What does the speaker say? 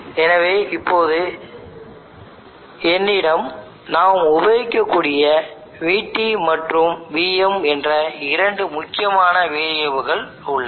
எனவே இப்போது என்னிடம் நாம் உபயோகிக்கக் கூடிய Vt மற்றும் Vm என்ற இரண்டு முக்கியமான வேரியபிள்கள் உள்ளன